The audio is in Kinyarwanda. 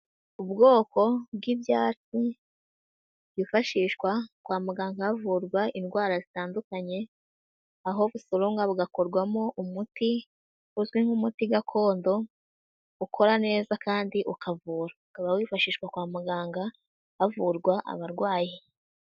Ubwoko bw'ibyatsi byifashishwa kwa muganga havurwa indwara zitandukanye, aho busoromwa bugakorwamo umuti uzwi nk'umuti gakondo, ukora neza kandi ukavura, ukaba wifashishwa kwa muganga havurwa abarwayi.